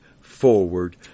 forward